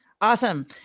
Awesome